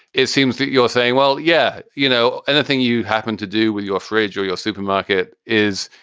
it seems that you're saying, well, yeah, you know, anything you happen to do with your fridge or your supermarket is,